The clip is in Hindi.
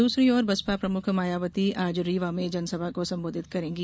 दूसरी ओर बसपा प्रमुख मायावती आज रीवा में जनसभा को संबोधित करेंगी